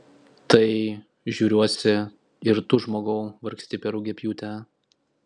tai žiūriuosi ir tu žmogau vargsti per rugiapjūtę